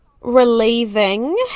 relieving